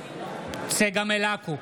צגה מלקו,